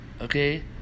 Okay